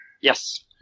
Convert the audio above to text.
Yes